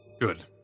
Good